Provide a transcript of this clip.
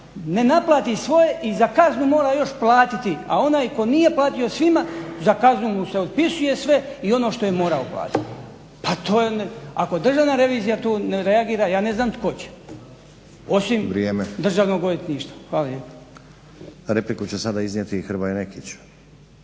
ne naplati svoje i za kaznu mora još platiti a onaj tko nije platio svima za kaznu mu se otpisuje sve i ono što je morao platiti, pa to je, ako Državna revizija tu ne reagira, ja ne znam tko će osim državnog odvjetništva. Hvala lijepa. **Stazić,